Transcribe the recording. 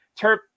Terp